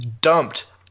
dumped